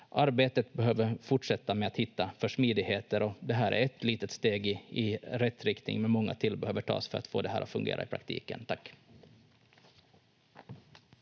smidigheter behöver fortsätta, och det här är ett litet steg i rätt riktning, men många till behöver tas för att få det här att fungera i praktiken. — Tack.